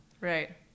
right